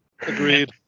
Agreed